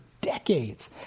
decades